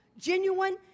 genuine